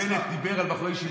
שבנט דיבר על בחורי ישיבות,